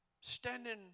standing